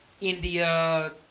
India